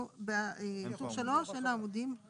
אז